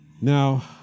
Now